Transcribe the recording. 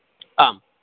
आम्